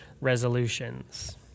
resolutions